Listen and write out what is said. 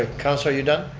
councilor, are you done?